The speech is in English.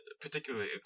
particularly